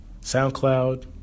SoundCloud